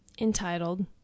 entitled